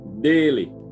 daily